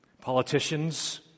Politicians